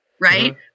Right